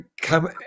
come